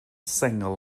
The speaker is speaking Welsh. sengl